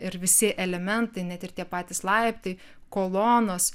ir visi elementai net ir tie patys laiptai kolonos